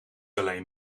alleen